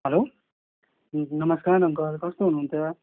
hello नमस्कार uncle कस्तो हुनु हुन्छ